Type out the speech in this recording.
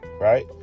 right